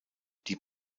die